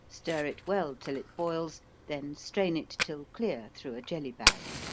stir it well till it boils, then strain it till clear through a jelly bag.